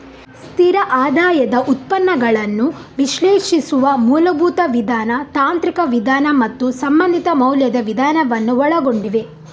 ಸ್ಥಿರ ಆದಾಯದ ಉತ್ಪನ್ನಗಳನ್ನು ವಿಶ್ಲೇಷಿಸುವ ಮೂಲಭೂತ ವಿಧಾನ, ತಾಂತ್ರಿಕ ವಿಧಾನ ಮತ್ತು ಸಂಬಂಧಿತ ಮೌಲ್ಯದ ವಿಧಾನವನ್ನು ಒಳಗೊಂಡಿವೆ